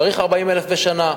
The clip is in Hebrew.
צריך 40,000 בשנה,